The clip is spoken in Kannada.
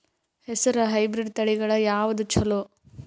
ಹೆಸರ ಹೈಬ್ರಿಡ್ ತಳಿಗಳ ಯಾವದು ಚಲೋ?